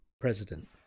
president